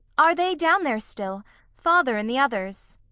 are they down there still father and the others?